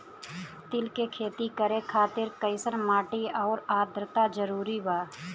तिल के खेती करे खातिर कइसन माटी आउर आद्रता जरूरी बा?